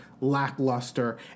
lackluster